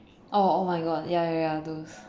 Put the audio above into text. oh oh my god ya ya those